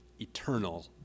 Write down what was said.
eternal